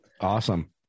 Awesome